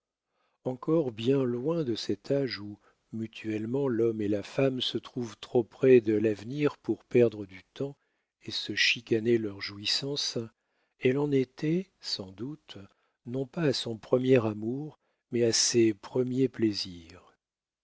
encore bien loin de cet âge où mutuellement l'homme et la femme se trouvent trop près de l'avenir pour perdre du temps et se chicaner leurs jouissances elle en était sans doute non pas à son premier amour mais à ses premiers plaisirs